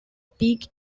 peak